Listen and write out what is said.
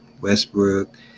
Westbrook